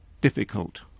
difficult